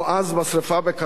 בשרפה בכרמל,